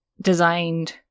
designed